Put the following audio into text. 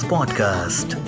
Podcast